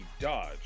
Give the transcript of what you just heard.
Dodge